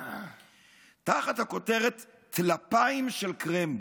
תחת הכותרת "טלפיים של קרמבו",